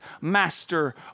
master